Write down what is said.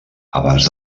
abans